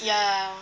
ya